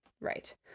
Right